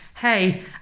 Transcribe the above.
Hey